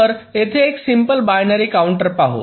तर येथे एक सिम्पल बायनरी काउंटर पाहू